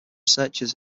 researchers